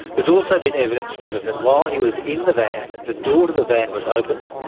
there's also been evidence give and that while he was in the van, the door to the van was opened,